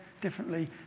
differently